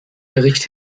bericht